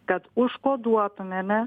kad užkoduotumėme